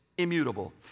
immutable